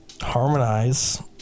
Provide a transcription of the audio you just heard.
harmonize